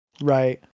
right